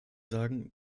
sagen